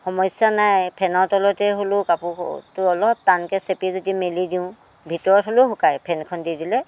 সমস্যা নাই ফেনৰ তলতে হ'লেও কাপোৰবোৰ অলপ টানকৈ চেপি যদি মেলি দিওঁ ভিতৰত হ'লেও শুকায় ফেনখন দি দিলে